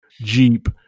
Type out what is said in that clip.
Jeep